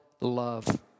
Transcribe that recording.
love